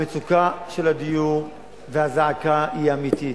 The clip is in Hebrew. המצוקה של הדיור, והזעקה היא אמיתית,